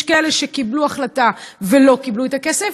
יש כאלה שקיבלו החלטה ולא קיבלו את הכסף,